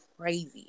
crazy